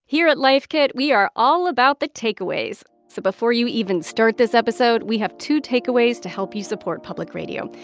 here at life kit, we are all about the takeaways. so before you even start this episode, we have two takeaways to help you support public radio.